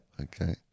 Okay